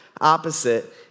opposite